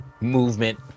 movement